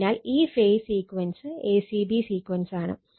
അതിനാൽ ഈ phase sequence a c b sequence ആണ്